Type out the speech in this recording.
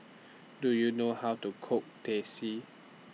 Do YOU know How to Cook Teh C